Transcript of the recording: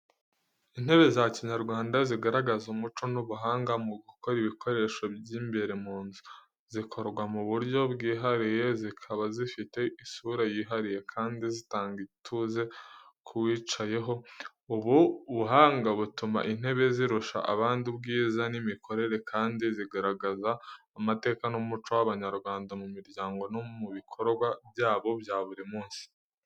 Intebe za Kinyarwanda zigaragaza umuco n’ubuhanga mu gukora ibikoresho by’imbere mu nzu. Zikorwa mu buryo bwihariye, zikaba zifite isura yihariye, kandi zitanga ituze ku wicayeho. Ubu buhanga butuma intebe zirusha abandi ubwiza n’imikorere, kandi zigaragaza amateka n’umico w’Abanyarwanda mu miryango no mu bikorwa byabo bya buri munsi.